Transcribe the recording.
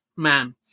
man